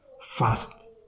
fast